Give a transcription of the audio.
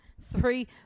three